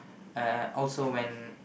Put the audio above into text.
uh also when